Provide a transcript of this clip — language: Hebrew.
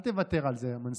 אל תוותר על זה, מנסור.